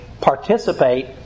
participate